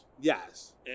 Yes